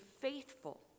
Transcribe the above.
faithful